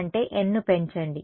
అంటే N ను పెంచండి